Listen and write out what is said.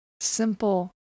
simple